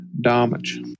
damage